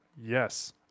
Yes